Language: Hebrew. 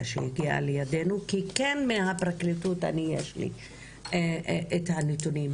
שהגיעה לידינו כי מהפרקליטות יש לי את הנתונים.